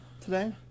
today